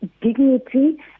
dignity